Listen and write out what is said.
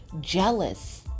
jealous